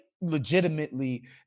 legitimately